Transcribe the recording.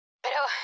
pero